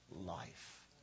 life